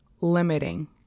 limiting